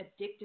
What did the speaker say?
addictive